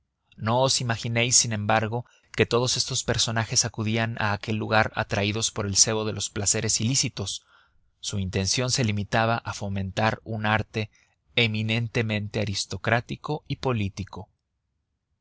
no os imaginéis sin embargo que todos estos personajes acudían a aquel lugar atraídos por el cebo de los placeres ilícitos su intención se limitaba a fomentar un arte eminentemente aristocrático y político